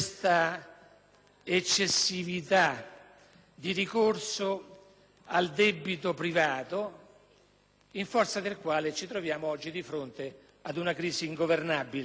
eccessivo ricorso al debito privato, a causa del quale ci troviamo di fronte ad una crisi ingovernabile.